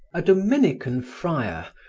a dominican friar,